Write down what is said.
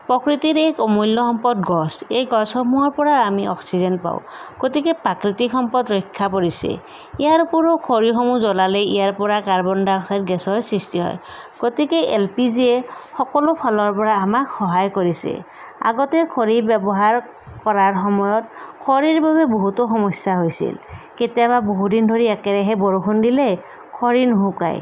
প্ৰকৃতিৰ এক অমূল্য সম্পদ গছ এই গছসমূহৰ পৰা আমি অক্সিজেন পাওঁ গতিকে প্ৰাকৃতিক সম্পদ ৰক্ষা পৰিছে ইয়াৰ উপৰিও খৰিসমূহ জ্বলালে ইয়াৰ পৰা কাৰ্বন ডাই অক্সাইড গেছৰ সৃষ্টি হয় গতিকে এল পি জিয়ে সকলো ফালৰ পৰা আমাক সহায় কৰিছে আগতে খৰিৰ ব্যৱহাৰ কৰাৰ সময়ত খৰিৰ বাবে বহুতো সমস্যা হৈছিল কেতিয়াবা বহুদিন ধৰি একেৰাহে বৰষুণ দিলে খৰি নুশুকায়